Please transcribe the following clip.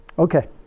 Okay